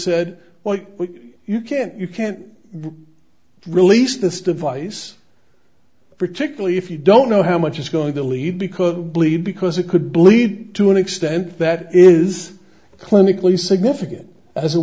well you can't you can't release this device particularly if you don't know how much it's going to leave because bleed because it could bleed to an extent that is clinically significant as it